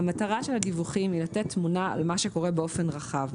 המטרה של הדיווחים היא לתת תמונה על מה שקורה באופן רחב.